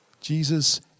Jesus